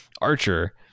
Archer